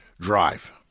drive